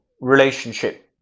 relationship